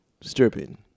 stripping